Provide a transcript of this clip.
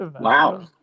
Wow